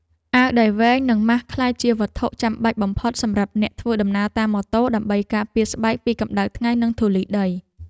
អាវដៃវែងនិងម៉ាស់ក្លាយជាវត្ថុចាំបាច់បំផុតសម្រាប់អ្នកធ្វើដំណើរតាមម៉ូតូដើម្បីការពារស្បែកពីកម្តៅថ្ងៃនិងធូលីដី។